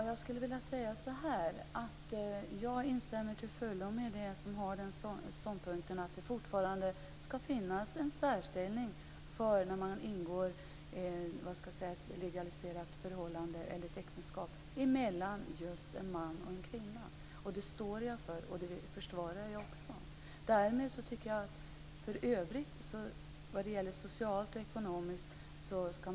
Fru talman! Jag instämmer till fullo med dem som har den ståndpunkten att det fortfarande skall finnas en särställning när det ingås ett legaliserat förhållande eller ett äktenskap mellan just en man och en kvinna. Det står jag för, och det försvarar jag också. I övrigt skall människor ha lika rättigheter socialt och ekonomiskt.